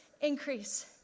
increase